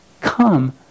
come